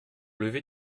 lever